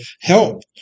help